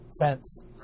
fence